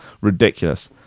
ridiculous